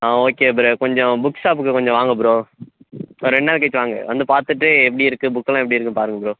ஆ okay bro கொஞ்சம் book ஷாப்புக்கு கொஞ்சம் வாங்க ப்ரோ ஒரு ரெண்டு நாள் கழித்து வாங்க வந்து பார்த்துட்டு எப்படி இருக்குது புக்கெல்லாம் எப்படி இருக்குதுன்னு பாருங்க ப்ரோ